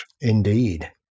Indeed